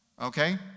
Okay